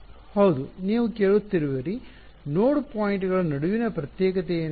ಹೌದು ನೀವು ಕೇಳುತ್ತಿರುವಿರಿ ನೋಡ್ ಪಾಯಿಂಟ್ಗಳ ನಡುವಿನ ಪ್ರತ್ಯೇಕತೆ ಏನು